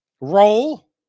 Roll